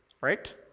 Right